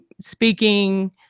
speaking